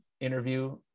interview